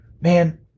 man